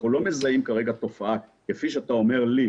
אנחנו לא מזהים כרגע תופעה כפי שאתה אומר לי,